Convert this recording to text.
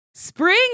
Spring